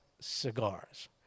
cigars